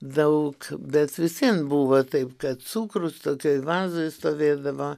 daug bet vis vien buvo taip kad cukrus tokioj vazoj stovėdavo